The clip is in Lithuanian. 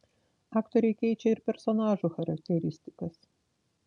aktoriai keičia ir personažų charakteristikas